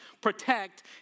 protect